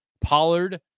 pollard